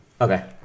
Okay